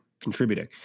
contributing